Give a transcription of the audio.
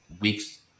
weeks